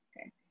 okay